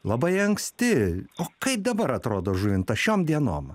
labai anksti o kaip dabar atrodo žuvintas šiom dienom